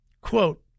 Quote